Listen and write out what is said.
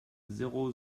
zéro